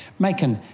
maiken,